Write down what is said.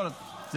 אין צורך.